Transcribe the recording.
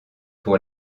pour